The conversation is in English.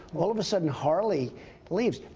all of a sudden harley leaves.